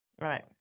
right